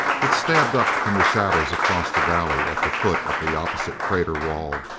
it stabbed up from the shadows across the valley at the foot of the opposite crater wall,